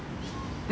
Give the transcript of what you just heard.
mm